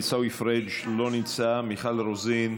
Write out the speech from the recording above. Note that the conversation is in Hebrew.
עיסאווי פריג' לא נמצא, מיכל רוזין,